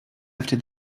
after